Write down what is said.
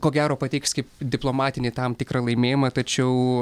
ko gero pateiks kaip diplomatinį tam tikrą laimėjimą tačiau